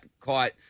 caught